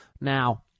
Now